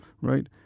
right